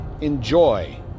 enjoy